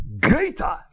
greater